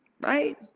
right